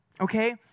okay